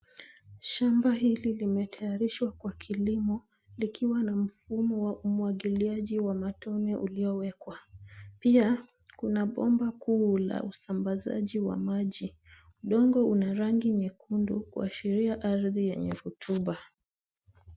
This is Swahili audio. Shamba hili limetayarishwa kwa kilimo likiwa na mfumo wa umwagiliaji wa matone uliowekwa, pia kuna bomba kuu la usambazaji wa maji. Udongo una rangi nyekundu kuashiria ardhi yenye hotuba.